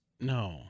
No